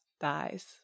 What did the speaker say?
thighs